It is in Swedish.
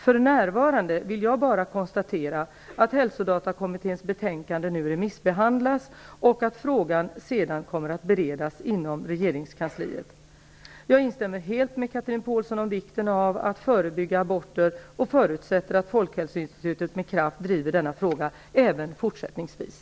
För närvarande vill jag bara konstatera att Hälsodatakommitténs betänkande nu remissbehandlas och att frågan sedan kommer att beredas inom regeringskansliet. Jag instämmer helt med Chatrine Pålsson när det gäller vikten av att förebygga aborter och förutsätter att Folkhälsoinstitutet med kraft driver denna fråga även fortsättningsvis.